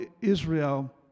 Israel